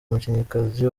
umukinnyikazi